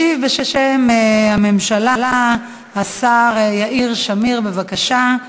ישיב בשם הממשלה השר יאיר שמיר, בבקשה,